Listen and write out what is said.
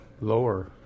lower